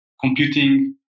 computing